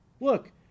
Look